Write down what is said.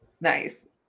nice